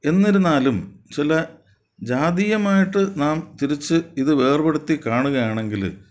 എന്നിരുന്നാലും ചില ജാതീയമായിട്ടു നാം തിരിച്ച് ഇത് വേർപ്പെടുത്തി കാണുകയാണെങ്കിൽ